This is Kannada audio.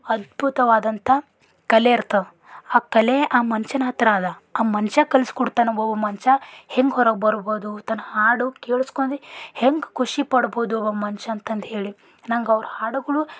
ಅದ್ಭುತವಾದಂಥ ಕಲೆ ಇರ್ತವೆ ಆ ಕಲೆ ಆ ಮನ್ಷನ ಹತ್ತಿರ ಅದ ಆ ಮನುಷ್ಯ ಕಲ್ಸಿ ಕೊಡ್ತಾನ ಒಬ್ಬೊಬ್ಬ ಮನುಷ್ಯ ಹೆಂಗೆ ಹೊರಗೆ ಬರ್ಬೌದು ತನ್ನ ಹಾಡು ಕೇಳ್ಸ್ಕೊಂಡಿ ಹೆಂಗೆ ಖುಷಿಪಡ್ಬೌದು ಒಬ್ಬ ಮನುಷ್ಯ ಅಂತಂದು ಹೇಳಿ ನಂಗೆ ಅವ್ರ ಹಾಡುಗಳು